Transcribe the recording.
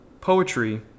poetry